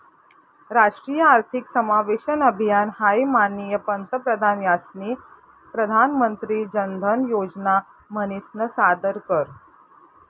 राष्ट्रीय आर्थिक समावेशन अभियान हाई माननीय पंतप्रधान यास्नी प्रधानमंत्री जनधन योजना म्हनीसन सादर कर